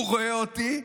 הוא רואה אותי,